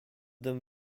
them